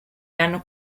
hanno